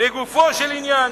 לגופו של עניין,